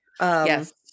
Yes